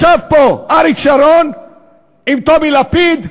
ישב פה אריק שרון עם טומי לפיד,